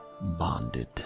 bonded